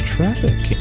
Traffic